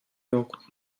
yok